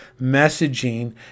messaging